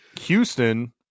Houston